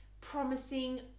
promising